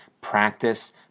practice